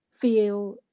feel